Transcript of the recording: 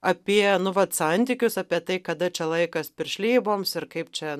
apie nu vat santykius apie tai kada čia laikas piršlyboms ir kaip čia